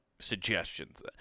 suggestions